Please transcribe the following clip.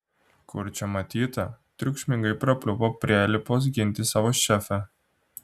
kur čia matyta triukšmingai prapliupo prielipos ginti savo šefę